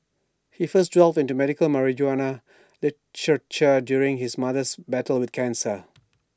he first delved into medical marijuana during his mother's battle with cancer